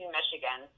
Michigan